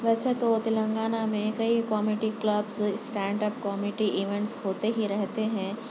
ویسے تو تلنگانہ میں کئی comedy clubs stand up comedy events ہوتے ہی رہتے ہیں